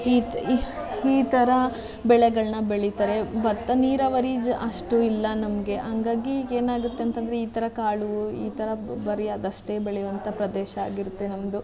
ಈ ಈ ಥರ ಬೆಳೆಗಳನ್ನು ಬೆಳೀತಾರೆ ಭತ್ತ ನೀರಾವರಿ ಅಷ್ಟು ಇಲ್ಲ ನಮಗೆ ಹಂಗಾಗಿ ಏನಾಗುತ್ತೆ ಅಂತಂದರೆ ಈ ಥರ ಕಾಳು ಈ ಥರ ಬರೀ ಅದಷ್ಟೇ ಬೆಳೆಯುವಂಥ ಪ್ರದೇಶ ಆಗಿರುತ್ತೆ ನಮ್ಮದು